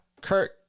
Kurt